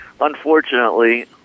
unfortunately